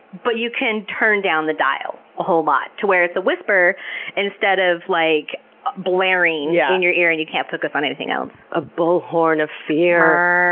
but you can turn down the dial a whole lot to where it's a whisper instead of like ah blaring yeah in your ear and you can't focus on anything else. a bullhorn of fear!